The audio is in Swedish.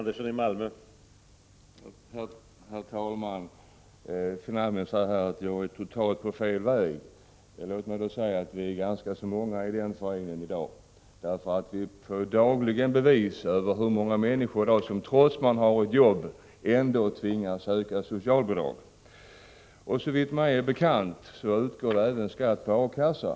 Herr talman! Finansministern säger att jag är inne på en helt felaktig väg. Låt mig då säga att jag i så fall har sällskap av ganska så många. Dagligen får vi ju bevis på att många människor i dag tvingas söka socialbidrag, trots att de har jobb. Såvitt mig är bekant tas även skatt ut på ersättning från A-kassa.